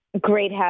Great